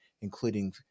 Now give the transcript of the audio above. including